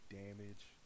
damage